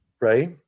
right